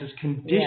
conditions